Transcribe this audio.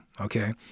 Okay